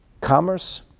commerce